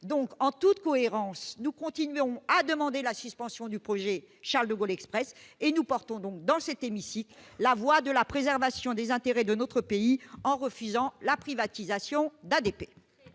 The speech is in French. Donc, en toute cohérence, nous continuons à demander la suspension du projet Charles-de-Gaulle Express, et nous portons dans cet hémicycle la voix de la préservation des intérêts de notre pays en refusant la privatisation d'ADP.